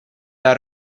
are